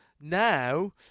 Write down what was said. now